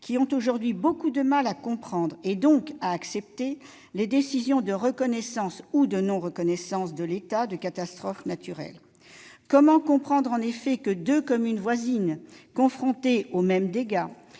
qui ont aujourd'hui beaucoup de mal à comprendre, et donc à accepter, les décisions de reconnaissance ou de non-reconnaissance de l'état de catastrophe naturelle. Comment comprendre, en effet, que deux communes voisines confrontées aux mêmes dégâts